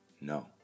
No